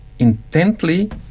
Intently